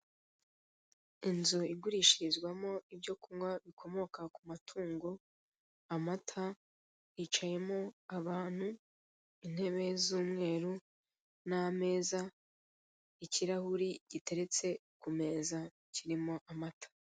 Inzu igurishirizwamo ibyo kunywa bikomoka ku matungo, amata, hicayemo abantu, intebe z'umweru n'ameza, ikirahuri giteretse ku meza kirimo amata.